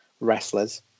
wrestlers